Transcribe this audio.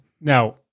Now